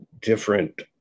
different